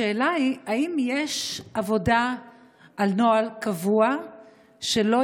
השאלה היא אם יש עבודה על נוהל קבוע שלא